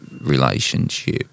relationship